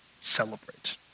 celebrate